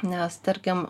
nes tarkim